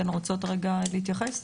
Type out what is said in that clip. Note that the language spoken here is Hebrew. אתן רוצות רגע להתייחס?